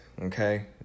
okay